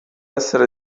essere